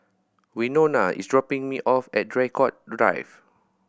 Wynona is dropping me off at Draycott Drive